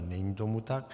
Není tomu tak.